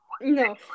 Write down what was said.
no